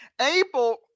Abel